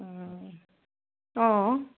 অঁ